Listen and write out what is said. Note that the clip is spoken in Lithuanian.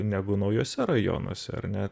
negu naujuose rajonuose ar ne